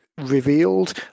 revealed